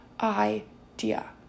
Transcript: idea